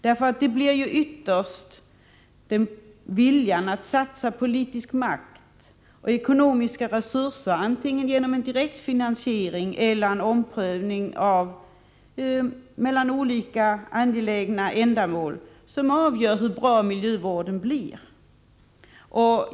Det blir ju ytterst viljan att satsa politisk makt och ekonomiska resurser, antingen genom direkt finansiering eller genom omprioritering mellan olika angelägna ändamål, som avgör hur bra miljövården blir.